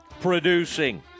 producing